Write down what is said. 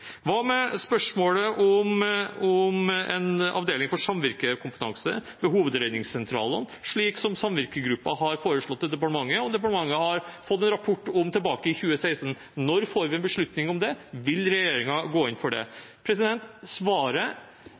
Hva med spørsmålet om en avdeling for samvirkekompetanse ved hovedredningssentralene, slik som Samvirkegruppa har foreslått overfor departementet, som departementet fikk en rapport om tilbake i 2016? Når får vi en beslutning om det? Vil regjeringen gå inn for det? Svaret